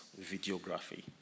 videography